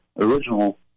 original